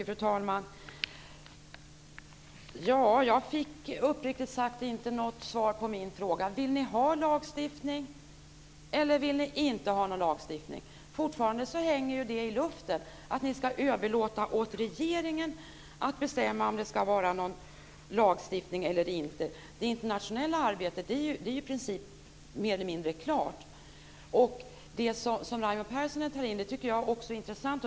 Fru talman! Jag fick uppriktigt sagt inte något svar på min fråga. Vill ni ha lagstiftning eller vill ni inte ha någon lagstiftning? Fortfarande hänger det i luften om ni ska överlåta åt regeringen att bestämma om det ska vara lagstiftning eller inte. Det internationella arbetet är ju mer eller mindre klart. Det som Raimo Pärssinen tar upp tycker jag också är intressant.